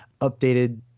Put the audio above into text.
updated